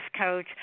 coach